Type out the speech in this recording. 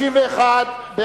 התש"ע 2010, נתקבל.